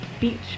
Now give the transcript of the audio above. Beach